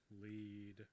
lead